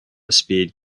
speed